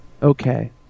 okay